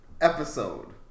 Episode